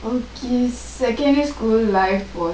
okay secondary school life was